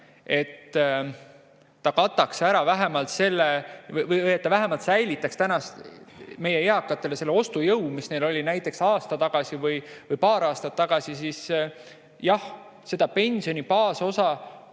et ta kataks ära vähemalt selle või et ta vähemalt säilitaks meie eakatele selle ostujõu, mis neil oli näiteks aasta tagasi või paar aastat tagasi, Jah, seda pensioni baasosa